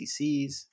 CCs